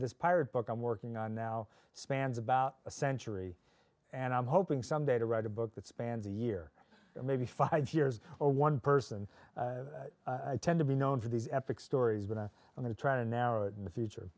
this pirate book i'm working on now spans about a century and i'm hoping someday to write a book that spans a year maybe five years or one person i tend to be known for these epic stories but i'm going to try to narrow it in the future